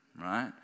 right